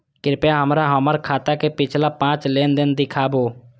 कृपया हमरा हमर खाता के पिछला पांच लेन देन दिखाबू